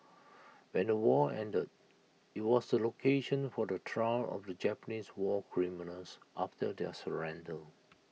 when the war ended IT was the location for the trial of the Japanese war criminals after their surrender